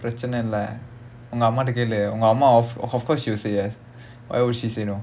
பிரச்னை இல்ல உங்க அம்மா கிட்ட கேளு உங்க அம்மா:pirachanai illa unga amma kita kelu unga amma of course she will say yes why would she say no